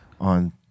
on